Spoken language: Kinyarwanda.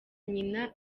nyina